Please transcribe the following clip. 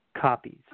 copies